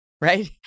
right